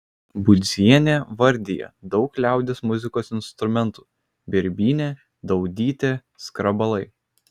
budzienė vardija daug liaudies muzikos instrumentų birbynė daudytė skrabalai